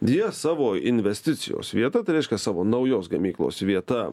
jie savo investicijos vieta tai reiškias savo naujos gamyklos vieta